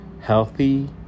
healthy